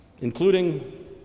including